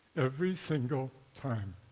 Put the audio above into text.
every single time.